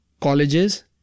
colleges